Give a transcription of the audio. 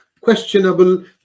questionable